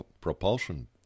propulsion